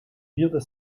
vierde